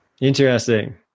interesting